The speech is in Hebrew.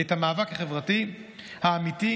את המאבק החברתי האמיתי,